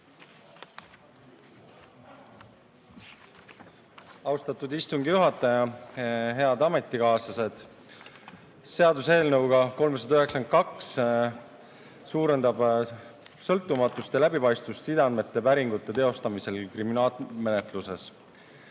Austatud istungi juhataja! Head ametikaaslased! Seaduseelnõu 392 suurendab sõltumatust ja läbipaistvust sideandmete päringute teostamisel kriminaalmenetluses,